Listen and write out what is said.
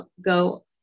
go